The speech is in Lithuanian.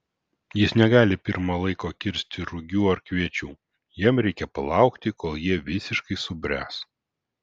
jis negali pirma laiko kirsti rugių ar kviečių jam reikia palaukti kol jie visiškai subręs